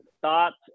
thoughts